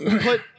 put